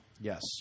Yes